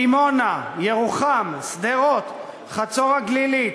דימונה, ירוחם, שדרות, חצור-הגלילית,